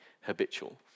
habitual